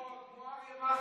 כמו אריה מכלוף.